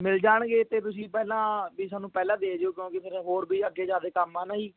ਮਿਲ ਜਾਣਗੇ ਅਤੇ ਤੁਸੀਂ ਪਹਿਲਾਂ ਵੀ ਸਾਨੂੰ ਪਹਿਲਾਂ ਦੇ ਜਿਓ ਕਿਉਂਕਿ ਫੇਰ ਹੋਰ ਵੀ ਅੱਗੇ ਜ਼ਿਆਦਾ ਕੰਮ ਹੈ ਨਾ ਜੀ